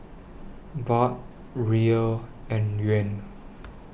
Baht Riyal and Yuan